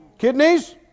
Kidneys